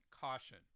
caution